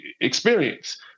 experience